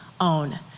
own